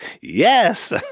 yes